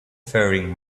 faring